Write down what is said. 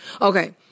Okay